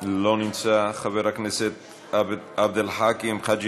אינו נוכח, חבר הכנסת עבד אל חכים חאג'